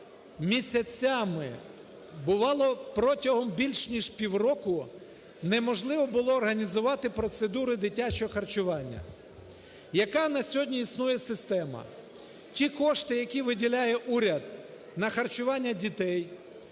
місяцями, бувало протягом більш ніж півроку, неможливо було організувати процедури дитячого харчування. Яка на сьогодні існує система? Ті кошти, які виділяє уряд на харчування дітей,